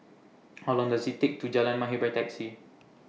How Long Does IT Take to get to Jalan Mahir By Taxi